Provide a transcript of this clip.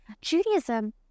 Judaism